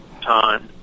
time